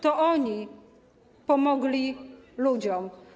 To oni pomogli ludziom.